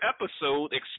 episode